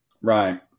Right